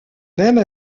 même